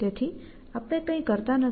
તેથી આપણે કંઇ કરતા નથી